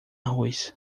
arroz